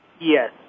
Yes